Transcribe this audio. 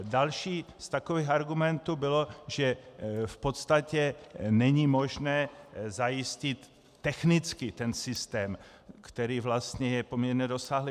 Další z takových argumentů bylo, že v podstatě není možné zajistit technicky ten systém, který vlastně je poměrně rozsáhlý.